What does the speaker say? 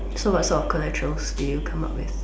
so what sort of collateral did you come out with